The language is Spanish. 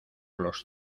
los